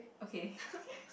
okay